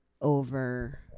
Over